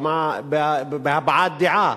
בהבעת דעה,